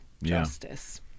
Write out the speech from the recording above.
Justice